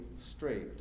straight